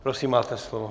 Prosím, máte slovo.